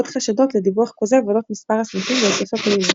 חשדות לדיווח כוזב אודות מספר הסניפים והיקף הפעילות.